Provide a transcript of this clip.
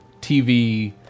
TV